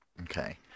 Okay